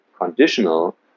conditional